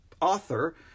author